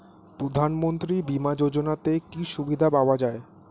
প্রধানমন্ত্রী বিমা যোজনাতে কি কি সুবিধা পাওয়া যায়?